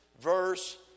verse